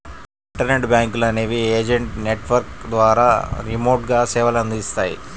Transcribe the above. internet బ్యాంకులు అనేవి agent network ద్వారా రిమోట్గా సేవలనందిస్తాయి